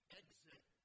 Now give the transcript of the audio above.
exit